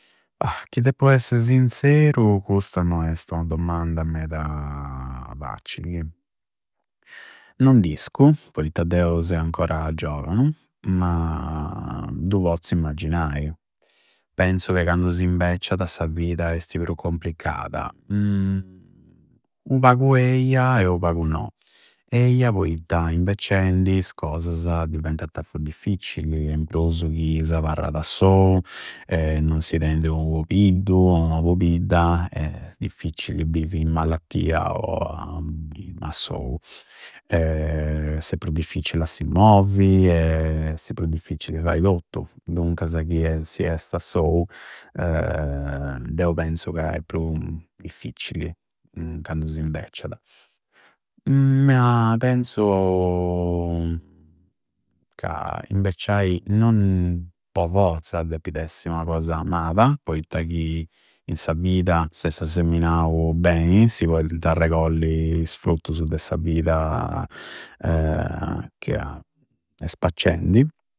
Chi deppu esse sinzeru custa non esti ua domanda meda faccilli. Non d'iscu, poitta deu seu ancora giovanu, ma du pozzu immaginai. Penzu che candu s'imbecciada sa vida esti pru compliccada? U pagu eia e u pagu no. Eia poitta imbecciendi is cosasa diventanta difficili, in prusu chi s'abarrada assou, non si teidi u pobiddu, ua pobidda è difficilli bivi in mallattia assou. Esti pru difficcilli a si movi, esti pru difficcilli fai tottu. Duncasa chi es, si es assou deu penzu ca è pru difficcili candu s'imbecciada. Ma penzu ca imbecciai non po forza deppi essi ua cosa maba, poitta chi in sa vida s'esti asseminau bei si poiniti arregolli is fruttusu de sa vida ca è spacciendi.